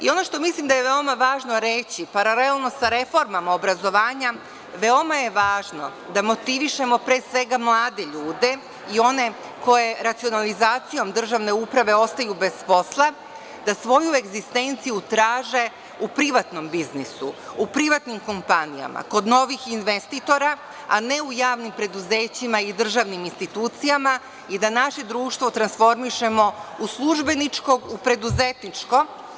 Ono što mislim da je veoma važno reći, paralelno sa reformama obrazovanja, veoma je važno da motivišemo pre svega mlade ljude i one koje racionalizacijom državne uprave ostaju bez posla, da svoju egzistenciju traže u privatnom biznisu, u privatnim kompanijama, kod novih investitora, a ne u javnim preduzećima i državnim institucijama, i da naše društvo transformišemo iz službeničko u preduzetničko.